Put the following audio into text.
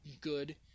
good